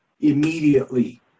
immediately